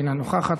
אינה נוכחת,